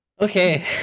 Okay